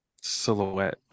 silhouette